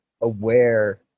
aware